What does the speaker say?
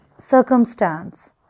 circumstance